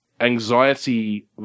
anxiety